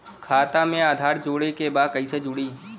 खाता में आधार जोड़े के बा कैसे जुड़ी?